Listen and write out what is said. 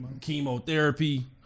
chemotherapy